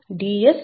Ds r